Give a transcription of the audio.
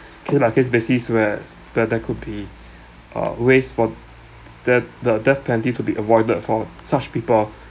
case by case basis where where there could be uh ways for that the death penalty to be avoided for such people